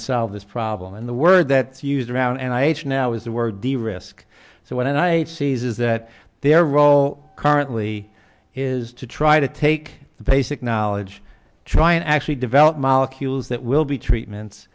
and solve this problem and the word that you use around and i now is the word the risk so when i ate sees is that their role currently is to try to take the basic knowledge try and actually develop molecules that will be treatments